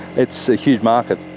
it's a huge market.